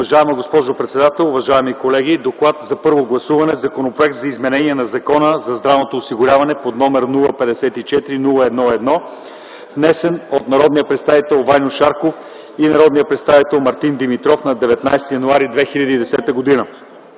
Уважаема госпожо председател, уважаеми колеги! „ДОКЛАД за първо гласуване относно Законопроект за изменение на Закона за здравното осигуряване, № 054-01-1, внесен от народния представител Ваньо Шарков и народния представител Мартин Димитров на 19 януари 2010 г.